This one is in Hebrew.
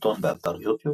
סרטון באתר יוטיוב